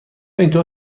اینطور